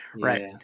Right